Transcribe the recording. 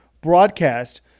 broadcast –